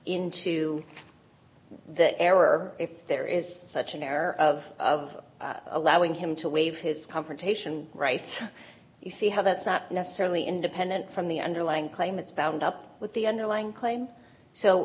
into the error if there is such an error of of allowing him to waive his confrontation right you see how that's not necessarily independent from the underlying claim it's bound up with the underlying claim so